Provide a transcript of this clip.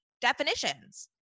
definitions